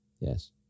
Yes